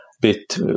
bit